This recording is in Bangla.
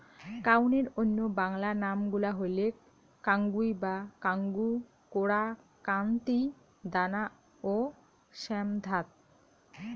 কাউনের অইন্য বাংলা নাম গুলা হইলেক কাঙ্গুই বা কাঙ্গু, কোরা, কান্তি, দানা ও শ্যামধাত